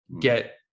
get